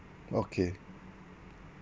okay